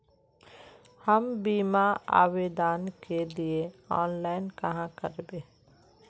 हम बीमा आवेदान के लिए ऑनलाइन कहाँ करबे?